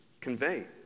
convey